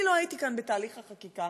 אני לא הייתי כאן בתהליך החקיקה.